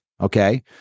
okay